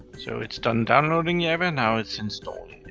so it's done downloading yeah java, now it's installing it.